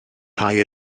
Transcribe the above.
rhai